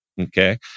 Okay